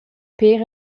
pér